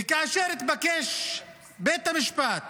וכאשר התבקש בית המשפט